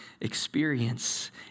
experience